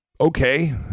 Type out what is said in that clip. okay